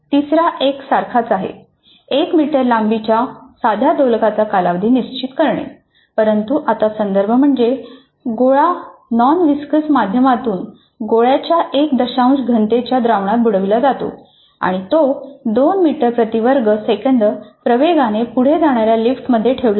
तिसरा एक सारखाच आहे 1 मीटर लांबी च्या साध्या दोलकाचा कालावधी निश्चित करणे परंतु आता संदर्भ म्हणजे गोळा नॉन विस्कस माध्यमात गोळ्याच्या एक दशांश घनतेच्या द्रावणात बुडविला जातो आणि तो दोन मीटर प्रति वर्ग सेकंद प्रवेगाने पुढे जाणाऱ्या लिफ्ट मध्ये ठेवला आहे